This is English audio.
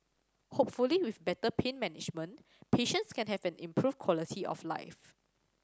hopefully with better pain management patients can have an improved quality of life